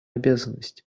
обязанность